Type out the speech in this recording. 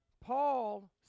Paul